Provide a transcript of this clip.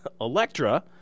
electra